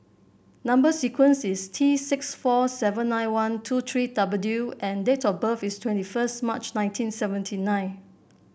number sequence is T six four seven nine one two three W and date of birth is twenty first March nineteen seventy nine